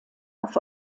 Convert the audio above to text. auf